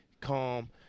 calm